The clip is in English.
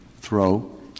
throw